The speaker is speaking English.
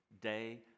day